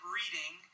reading